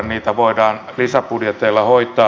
niitä voidaan lisäbudjeteilla hoitaa